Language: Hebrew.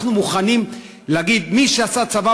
אנחנו מוכנים להגיד: מי שעשה צבא